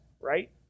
right